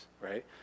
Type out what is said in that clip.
right